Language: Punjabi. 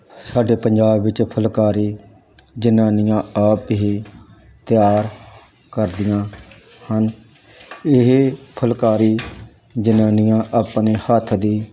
ਸਾਡੇ ਪੰਜਾਬ ਵਿੱਚ ਫੁਲਕਾਰੀ ਜਨਾਨੀਆਂ ਆਪ ਹੀ ਤਿਆਰ ਕਰਦੀਆਂ ਹਨ ਇਹ ਫੁਲਕਾਰੀ ਜਨਾਨੀਆਂ ਆਪਣੇ ਹੱਥ ਦੀ